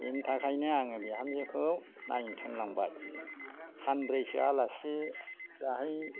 बिनि थाखायनो आङो बिहामजोखौ नायनो थोनलांबाय सानब्रैसो आलासि